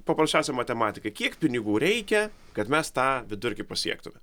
paprasčiausia matematika kiek pinigų reikia kad mes tą vidurkį pasiektume